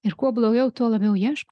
ir kuo blogiau tuo labiau ieško